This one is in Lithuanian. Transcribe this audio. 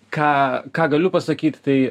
ką ką galiu pasakyt tai